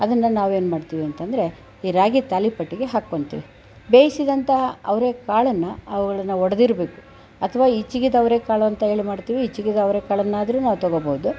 ಅದನ್ನು ನಾವೇನುಮಾಡ್ತೀವಿ ಅಂತಂದರೆ ಈ ರಾಗಿ ತಾಲಿಪಟ್ಟಿಗೆ ಹಾಕೋತೀವಿ ಬೇಯಿಸಿದಂಥ ಅವರೆಕಾಳನ್ನು ಅವುಗಳನ್ನು ಒಡೆದಿರಬೇಕು ಅಥವ ಹಿತಕಿದ ಅವರೆಕಾಳು ಅಂತ ಹೇಳಿ ಮಾಡುತ್ತೀವಿ ಹಿತಕಿದ ಅವರೆ ಕಾಳನ್ನಾದರು ನಾವು ತಗೋಬಹುದು